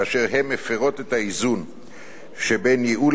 באשר הן מפירות את האיזון שבין ייעול